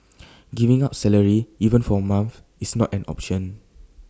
giving up salary even for A month is not an option